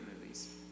movies